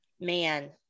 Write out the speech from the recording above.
man